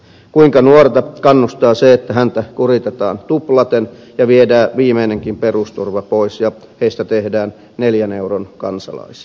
kuinka nuorta kannustaa se että häntä kuritetaan tuplaten ja viedään viimeinenkin perusturva pois ja nuorista tehdään neljän euron kansalaisia